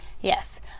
Yes